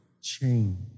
change